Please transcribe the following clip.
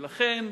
ולכן,